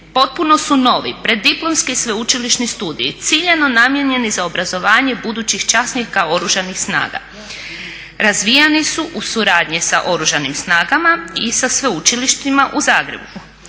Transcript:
potpuno su novi preddiplomski sveučilišni studiji ciljano namijenjeni za obrazovanje budućih časnika Oružanih snaga. Razvijani su u suradnji sa Oružanim snagama i sa sveučilištima u Zagrebu,